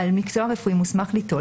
בעל מקצוע רפואי מוסמך ליטול,